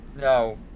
No